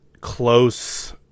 close